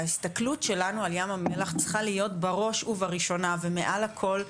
ההסתכלות שלנו על ים המלח צריכה להיות בראש ובראשונה ומעל הכל,